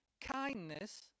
kindness